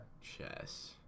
chess